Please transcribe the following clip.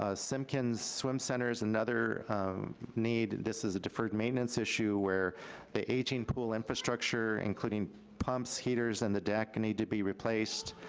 ah simpkins swim center is another need. this is a deferred maintenance issue where the aging pool infrastructure including pumps, heaters, and the deck need to be replaced.